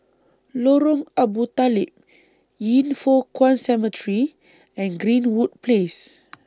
Lorong Abu Talib Yin Foh Kuan Cemetery and Greenwood Place